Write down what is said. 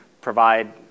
provide